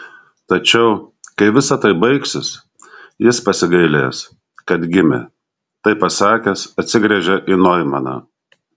tačiau kai visa tai baigsis jis pasigailės kad gimė tai pasakęs atsigręžė į noimaną